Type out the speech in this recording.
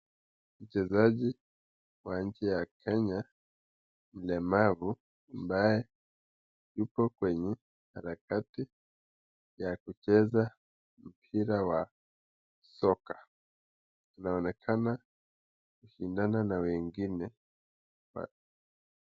Mchezaji wa nchi ya Kenya mlemavu ambaye yuko kwenye harakati ya kucheza mpira wa soka, anaonekana kushindana na wengine.